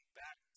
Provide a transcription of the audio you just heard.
back